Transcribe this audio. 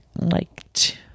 liked